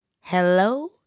Hello